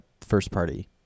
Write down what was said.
first-party